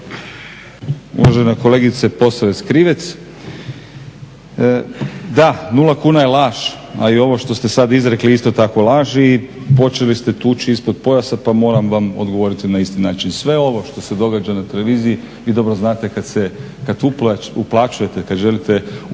uvažena kolegice Posavec Krivec, da 0 kuna je laž, a i ovo što ste sada izrekli isto tako laž. I počeli ste tući ispod pojasa pa moram vam odgovoriti na isti način. Sve ovo što se događa na televiziji, vi dobro znate kad se, kad uplaćujete kad želite uplaćivati